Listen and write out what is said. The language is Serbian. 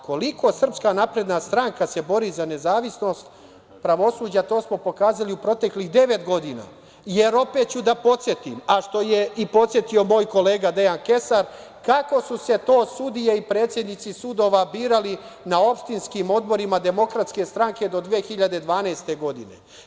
Koliko se SNS bori za nezavisnost pravosuđa, to smo pokazali u proteklih devet godina, jer opet ću da podsetim, a što je podsetio i moj kolega Dejan Kesar, kako su se to sudije i predsednici sudova, birali na opštinskim odborima DS do 2012. godine.